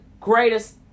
greatest